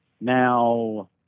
now